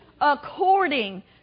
according